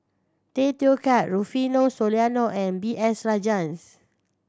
Tay Teow Kiat Rufino Soliano and B S Rajhans